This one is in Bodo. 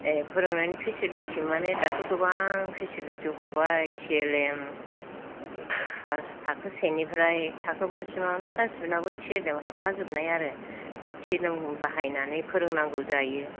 ए फोरोंनायनि फेसेलिति माने दाथ' गोबां फेसिलिति हरबाय T L M O class थाखो सेनिफ्राय थाखो बासिमावनो गासैनावबो ति एल एम हरखाजोबनाय आरो बे ति एल एम बाहायनानै फोरोंनांगौ जायो